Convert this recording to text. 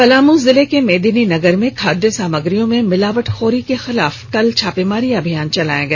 पलामू जिले के मेदिनीनगर में खाद्य सामग्रियों में मिलावटखोरी के खिलाफ कल छापामारी अभियान चलाया गया